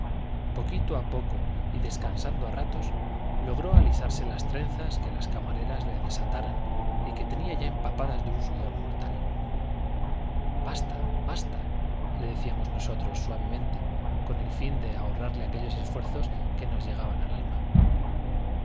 poquito á poco y descansando fl ratos le des alisarse las que las trenzas camareras logró ataran y que tenía ya empapadas de un sudor mortal basta basta le decíamos nosotros suave esfuerzos que mente con él fin de ahorrarle aquellos hasta nos llegaban al alma